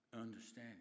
understanding